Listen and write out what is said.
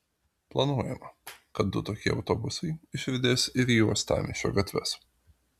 planuojama kad du tokie autobusai išriedės ir į uostamiesčio gatves